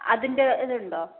അതിൻ്റെ ഇതുണ്ടോ